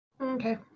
okay